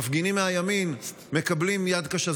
מפגינים מהימין מקבלים יד קשה,